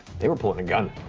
they were pulling a gun.